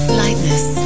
lightness